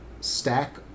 stack